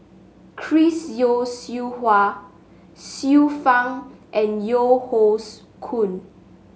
Chris Yeo Siew Hua Xiu Fang and Yeo Hoe Koon